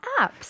apps